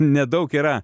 nedaug yra